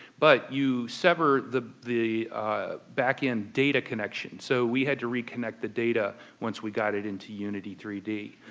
but you sever the the backend data connection, so we had to reconnect the data once we got it into unity three d.